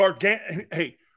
hey